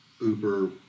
Uber